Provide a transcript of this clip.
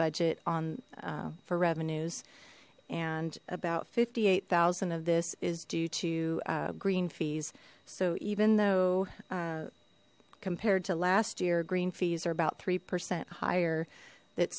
budget on four revenues and about fifty eight thousand of this is due to green fees so even though compared to last year green fees are about three percent higher that